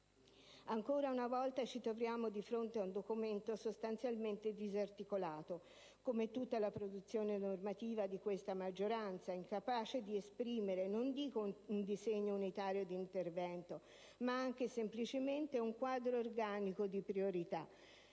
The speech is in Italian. Ancora una volta ci troviamo di fronte un documento sostanzialmente disarticolato, come tutta la produzione normativa di questa maggioranza, incapace di esprimere non dico un disegno unitario d'intervento, ma anche semplicemente un quadro organico di priorità.